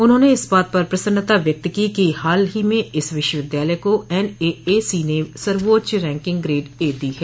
उन्होंने इस बात पर प्रसन्नता व्यक्त की कि हाल में इस विश्वविद्यालय को एन ए ए सी ने सर्वोच्च रैंकिंग ग्रेड ए दी है